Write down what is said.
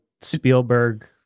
Spielberg